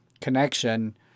connection